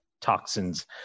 toxins